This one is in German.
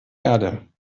erde